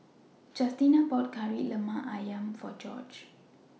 Justina bought Kari Lemak Ayam For Gorge